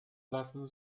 lassen